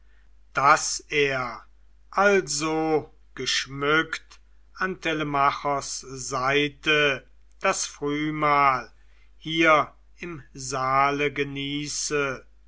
daß er also geschmückt an telemachos seite das frühmahl hier im saale genieße